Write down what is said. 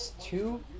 two